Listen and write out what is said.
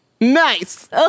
Nice